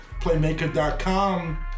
Playmaker.com